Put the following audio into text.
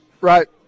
Right